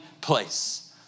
place